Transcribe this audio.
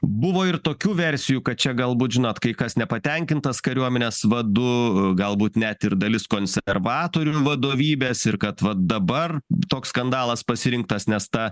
buvo ir tokių versijų kad čia galbūt žinot kai kas nepatenkintas kariuomenės vadu galbūt net ir dalis konservatorių vadovybės ir kad va dabar toks skandalas pasirinktas nes ta